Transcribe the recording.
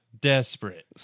desperate